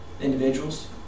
Individuals